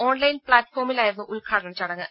online പ്ലാറ്റ്ഫോമിലായിരുന്നു ഉദ്ഘാടന ചടങ്ങ്